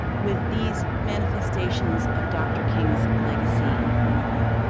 with these manifestations of dr. king's legacy in front of you,